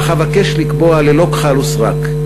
אך אבקש לקבוע, ללא כחל ושרק,